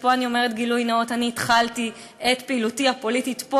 ופה אני אומרת גילוי נאות: אני התחלתי את פעילותי הפוליטית פה,